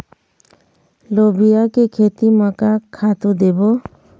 लोबिया के खेती म का खातू देबो?